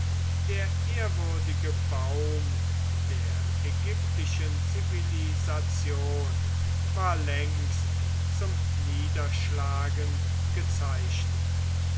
der ehrwürdige baum der ägyptischen zivilisation war längst zum niederschlagen gezeichnet